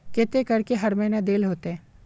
केते करके हर महीना देल होते?